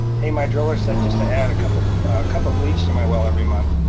hey, my driller said just to add a cup of cup of bleach to my well every month.